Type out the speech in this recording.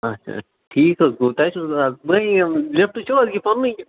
اَچھا اَچھا ٹھیٖک حظ گوٚو تۄہہِ چھَو از پرٛٲنی یِم لِفٹہٕ چھو حظ پنٕنُے